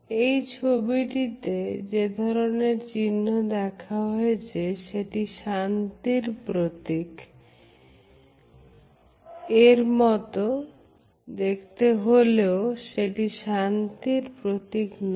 এই ছবিটিতে যে ধরনের চিহ্ন দেখা গেছে সেটি শান্তির প্রতীক এর মতো দেখতে হলেও সেটি শান্তির প্রতীক নয়